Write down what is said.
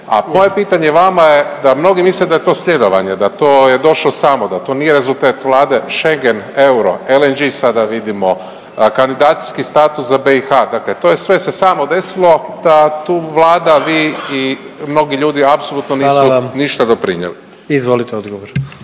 a moje pitanje vama je da mnogi misle da je to sljedovanje, da to je došlo samo, da to nije rezultat Vlade, Schengen, euro, LNG sada vidimo, kandidacijski status za BiH, dakle to je sve se samo desilo da tu Vlada, vi i mnogi ljudi apsolutno nisu ništa doprinijeli. **Jandroković, Gordan